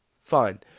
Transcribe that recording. fine